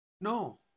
No